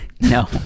No